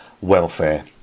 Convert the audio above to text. welfare